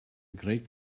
great